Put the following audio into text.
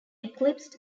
eclipsed